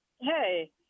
Hey